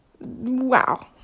Wow